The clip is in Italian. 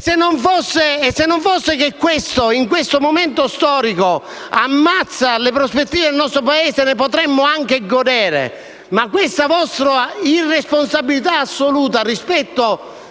Se non fosse che ciò in questo momento storico ammazza le prospettive del nostro Paese, ne potremmo anche godere, ma questa vostra irresponsabilità assoluta rispetto